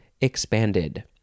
expanded